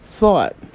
thought